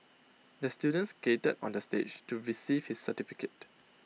the student skated onto the stage to receive his certificate